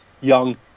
young